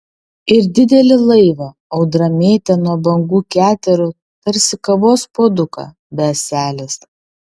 ir didelį laivą audra mėtė nuo bangų keterų tarsi kavos puoduką be ąselės